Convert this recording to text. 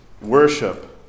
worship